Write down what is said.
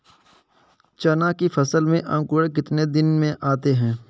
चना की फसल में अंकुरण कितने दिन में आते हैं?